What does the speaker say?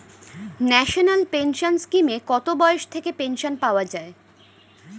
National pension স্কিমে কত বয়স থেকে পেনশন পাওয়া যায়?